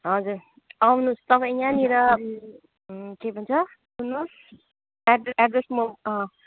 हजुर आउनुहोस् तपाईँ यहाँनिर के भन्छ सुन्नुहोस् एड्रेस एड्रेस म